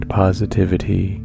positivity